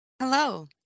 Hello